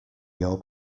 your